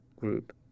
group